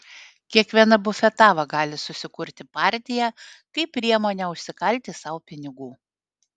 kiekviena bufetava gali susikurti partiją kaip priemonę užsikalti sau pinigų